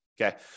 okay